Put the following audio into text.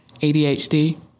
ADHD